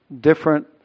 different